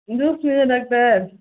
juice ஏன் doctor